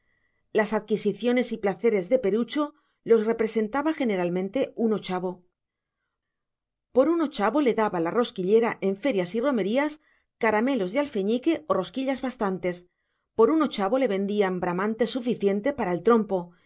las adquisiciones y placeres de perucho los representaba generalmente un ochavo por un ochavo le daba la rosquillera en ferias y romerías caramelos de alfeñique o rosquillas bastantes por un ochavo le vendían bramante suficiente para el trompo